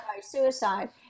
suicide